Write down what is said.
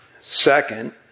Second